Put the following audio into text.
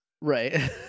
Right